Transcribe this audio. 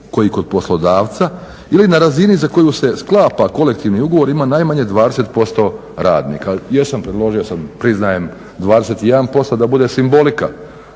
koji kod poslodavca ili na razini za koju se sklapa kolektivni ugovor ima najmanje 20% radnika". Jesam predložio sam, priznajem 21% da bude simbolika